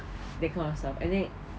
that kind of stuff I think